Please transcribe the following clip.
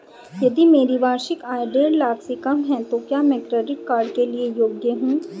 यदि मेरी वार्षिक आय देढ़ लाख से कम है तो क्या मैं क्रेडिट कार्ड के लिए योग्य हूँ?